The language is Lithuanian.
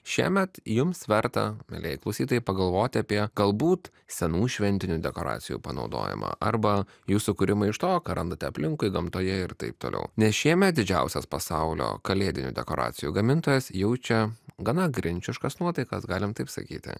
šiemet jums verta mielieji klausytojai pagalvoti apie galbūt senų šventinių dekoracijų panaudojimą arba jų sukūrimą iš to ką randate aplinkui gamtoje ir taip toliau nes šiemet didžiausias pasaulio kalėdinių dekoracijų gamintojas jaučia gana grinčiškas nuotaikas galime taip sakyti